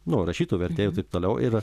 nu rašytojų vertėjų taip toliau ir